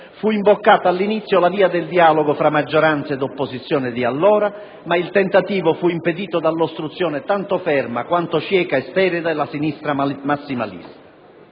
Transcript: fu imboccata all'inizio la strada del dialogo tra la maggioranza e l'opposizione di allora, ma il tentativo fu impedito dall'ostruzionismo tanto fermo, quanto cieco e sterile della sinistra massimalista.